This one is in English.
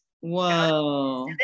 whoa